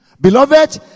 Beloved